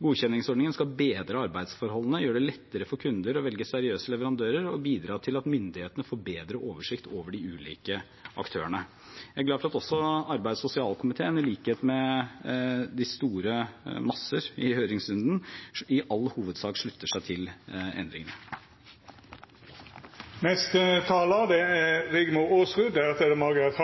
Godkjenningsordningen skal bedre arbeidsforholdene, gjøre det lettere for kunder å velge seriøse leverandører og bidra til at myndighetene får bedre oversikt over de ulike aktørene. Jeg er glad for at også arbeids- og sosialkomiteen i likhet med de store massene i høringsrunden i all hovedsak slutter seg til endringene. Dei talarane som heretter får ordet,